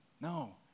No